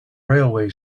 railway